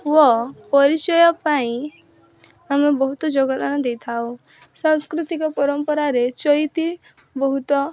ଓ ପରିଚୟ ଆଇଁ ଆମେ ବହୁତ ଯୋଗଦାନ ଦେଇଥାଉ ସାଂସ୍କୃତିକ ପରମ୍ପରାରେ ଚଇତି ବହୁତ